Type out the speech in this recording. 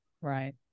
right